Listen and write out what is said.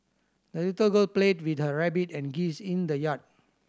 the little girl played with her rabbit and geese in the yard